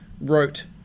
wrote